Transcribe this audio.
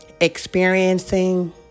experiencing